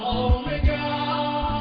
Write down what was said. oh my god